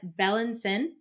Bellinson